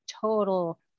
total